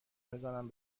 بزنم